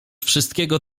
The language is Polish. wszystkiego